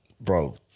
bro